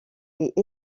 est